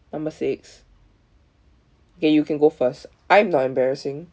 number six okay you can go first I'm not embarrassing